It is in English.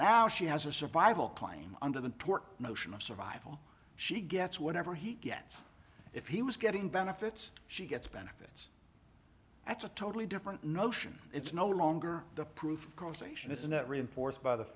now she has a survival claim under the notion of survival she gets whatever he gets if he was getting benefits she gets benefits that's a totally different notion it's no longer the proof of causation it's not reinforced by the